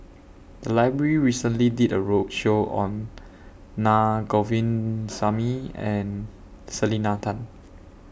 The Library recently did A roadshow on Naa Govindasamy and Selena Tan